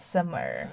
Summer